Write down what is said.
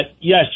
yes